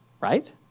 right